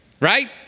Right